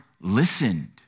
listened